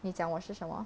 你讲我是什么